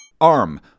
arm